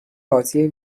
بازی